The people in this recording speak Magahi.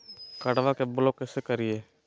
कार्डबा के ब्लॉक कैसे करिए?